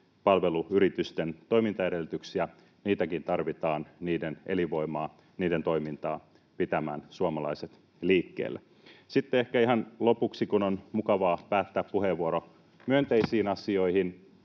liikuntapalveluyritysten toimintaedellytyksiä. Niitäkin tarvitaan, niiden elinvoimaa, niiden toimintaa pitämään suomalaiset liikkeellä. Ehkä ihan lopuksi, kun on mukavaa päättää puheenvuoro myönteisiin asioihin